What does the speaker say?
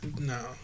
No